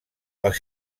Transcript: als